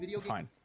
Fine